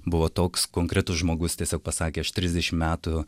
buvo toks konkretus žmogus tiesiog pasakė aš trisdešim metų